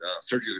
Sergio